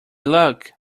look